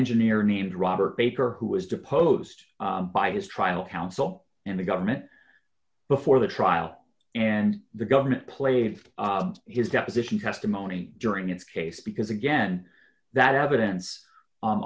engineer named robert baker who was deposed by his trial counsel and the government before the trial and the government played his deposition testimony during its case because again that evidence